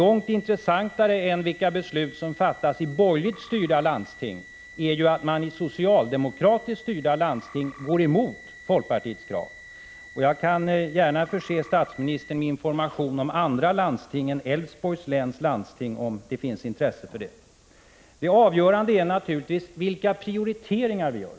Långt intressantare än vilka beslut som fattas i borgerligt styrda landsting är att man i socialdemokratiskt styrda landsting går emot folkpartiets krav. Jag kan gärna förse statsministern med information om andra landsting än Älvsborgs läns landsting om det finns intresse för det. Det avgörande är naturligtvis vilka prioriteringar vi gör.